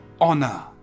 honor